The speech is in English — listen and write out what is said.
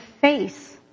face